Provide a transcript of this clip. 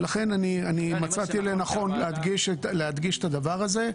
ולכן, אני מצאתי לנכון להדגיש את הדבר הזה.